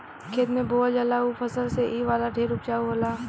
खेत में बोअल जाला ऊ फसल से इ वाला ढेर उपजाउ होला